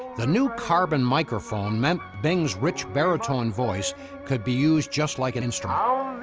the new carbon microphone meant bing's rich baritone voice could be used just like an instrument.